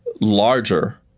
larger